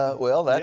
ah well, that